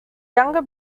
younger